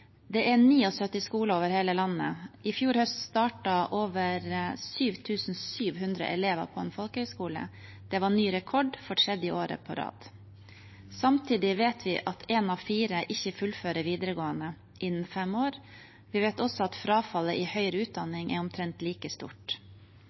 Det er 79 skoler over hele landet. I fjor høst startet over 7 700 elever på en folkehøyskole. Det var ny rekord for tredje året på rad. Samtidig vet vi at én av fire ikke fullfører videregående innen fem år. Vi vet også at frafallet i høyere